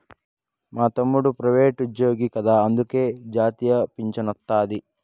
మా తమ్ముడు ప్రైవేటుజ్జోగి కదా అందులకే జాతీయ పింఛనొస్తాది